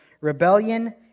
rebellion